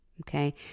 Okay